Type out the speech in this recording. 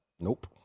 Nope